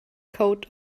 coat